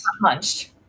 punched